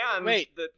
Wait